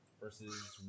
versus